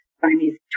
Chinese